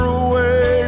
away